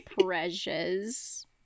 precious